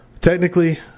Technically